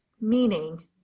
meaning